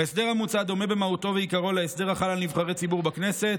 ההסדר המוצע דומה במהותו ועיקרו להסדר החל על נבחרי ציבור בכנסת